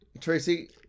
Tracy